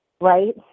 Right